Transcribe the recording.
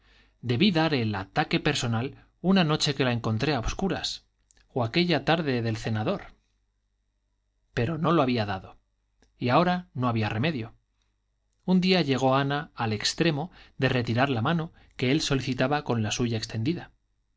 debí dar el ataque personal una noche que la encontré a obscuras o aquella tarde del cenador pero no lo había dado y ahora no había remedio un día llegó ana al extremo de retirar la mano que él solicitaba con la suya extendida